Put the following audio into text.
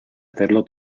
hacerlo